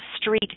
street